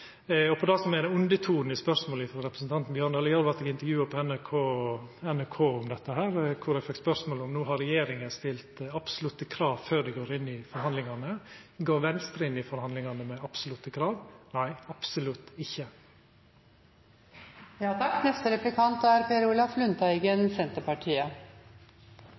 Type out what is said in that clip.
kr. Og til det som er undertonen i spørsmålet frå representanten Holen Bjørdal: Då eg vart intervjua av NRK om dette, fekk eg spørsmålet: No har regjeringa stilt absolutte krav før dei går inn i forhandlingane – går Venstre inn i forhandlingane med absolutte krav? Nei, absolutt